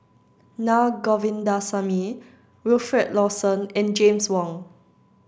Na Govindasamy Wilfed Lawson and James Wong